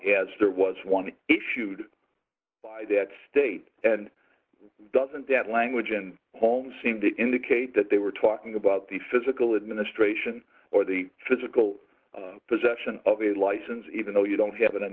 as there was one issued by that state and doesn't that language and holmes seem to indicate that they were talking about the physical administration or the physical possession of a license even though you don't have it